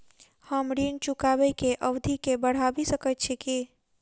हम ऋण चुकाबै केँ अवधि केँ बढ़ाबी सकैत छी की?